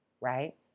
right